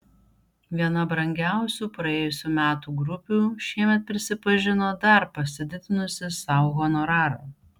viena brangiausių praėjusių metų grupių šiemet prisipažino dar pasididinusi sau honorarą